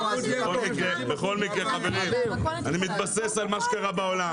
אני מתבסס על מה שקרה בעולם.